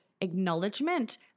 acknowledgement